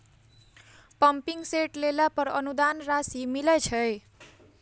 Pumping set लेला पर अनुदान राशि मिलय छैय?